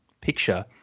picture